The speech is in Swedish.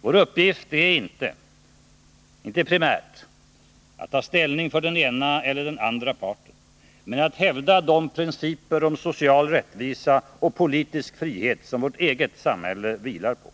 Vår uppgift är inte primärt att ta ställning för den ena eller andra parten, men att hävda de principer om social rättvisa och politisk frihet som vårt eget samhälle vilar på.